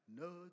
no